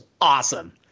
awesome